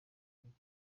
muri